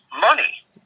money